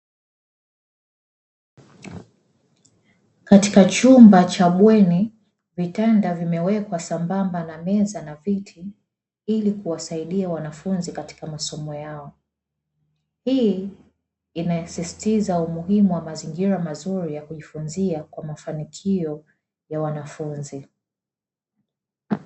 Katika chumba cha bweni vitanda vimewekwa sambamba na meza na viti ili kuwasaidia wanafunzi katika masomo yao, hii inasisitiza umuhimu wa mazingira mazuri ya kujifunzia kwa mafanikio ya wanafunzi.